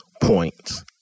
points